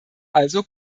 also